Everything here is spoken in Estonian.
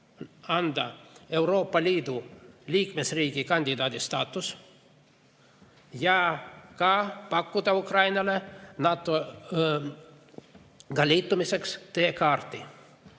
anda Euroopa Liidu liikmesriigi kandidaadi staatus ja pakkuda Ukrainale NATO‑ga liitumiseks teekaarti.